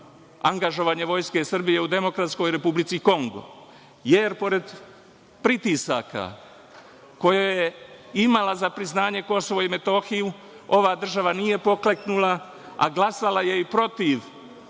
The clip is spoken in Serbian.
angažovanje Vojske Srbije u Demokratskoj Republici Kongo, jer pored pritisaka koje je imala za priznanje KiM, ova država nije pokleknula a glasala je i protiv